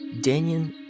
Daniel